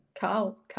Carl